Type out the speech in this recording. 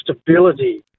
stability